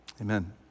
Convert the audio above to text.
Amen